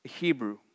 Hebrew